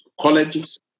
colleges